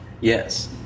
Yes